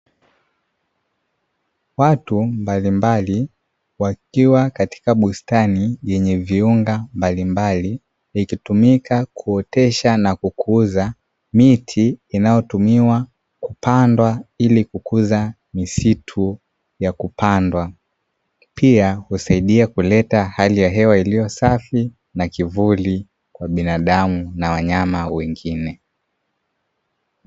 Watu mbalimbali wakiwa katika bustani yenye viunga mbalimbali vikitumika kuotesha na kukuza miti inayotumiwa kupandwa ili kukuza misitu ya kupandwa. Pia husaidia kuleta hali ya hewa iliyosafi na kivuli kwa binadamu na wanyama wengine.